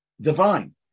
divine